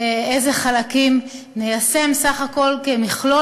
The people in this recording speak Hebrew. איזה חלקים ניישם סך הכול כמכלול.